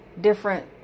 different